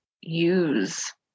use